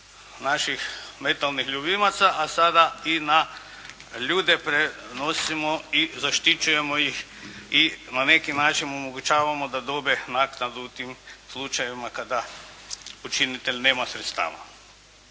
znači metalnih ljubimaca, a sada i na ljude prenosimo i zaštićujemo ih i na neki način omogućavamo da dobe naknadu u tim slučajevima kada počinitelj nema sredstava.